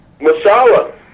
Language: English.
Masala